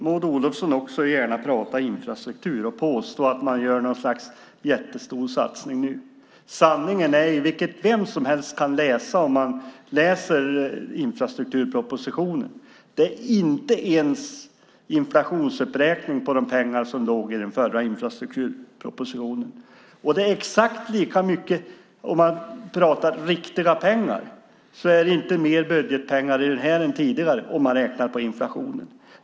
Maud Olofsson vill gärna tala om infrastruktur och påstå att man nu gör ett slags jättestor satsning. Men sanningen är, vilket vem som helst kan utläsa i infrastrukturpropositionen, att det inte ens är fråga om en inflationsuppräkning på pengarna i förra infrastrukturpropositionen. Om vi talar om riktiga pengar är det inte mer budgetpengar här än tidigare, räknat på inflationen.